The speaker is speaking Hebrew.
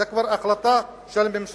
זו כבר החלטה של הממשלה.